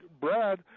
Brad